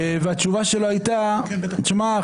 והתשובה שלו הייתה: תשמע,